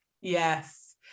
Yes